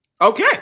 Okay